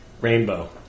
rainbow